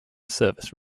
service